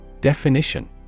Definition